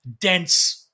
dense